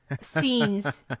scenes